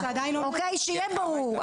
שיהיה ברור,